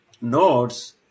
nodes